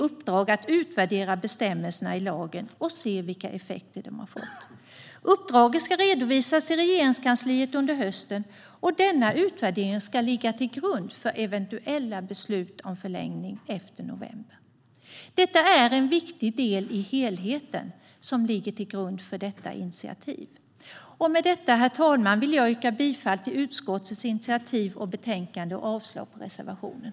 Uppdraget ska redovisas till Regeringskansliet under hösten, och denna utvärdering ska ligga till grund för eventuella beslut om förlängning efter november. Detta är en viktig del i den helhet som ligger till grund för initiativet. Med detta, herr talman, yrkar jag bifall till utskottets initiativ och förslag i betänkandet samt avslag på reservationen.